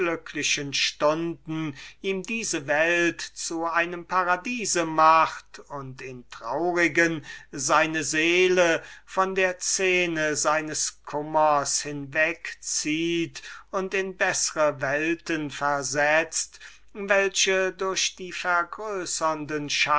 stunden ihm diese welt zu einem paradiese macht und in traurigen seine seele von der szene seines kummers hinwegzieht und in andre welten versetzt die durch die